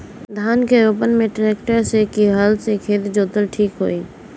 धान के रोपन मे ट्रेक्टर से की हल से खेत जोतल ठीक होई?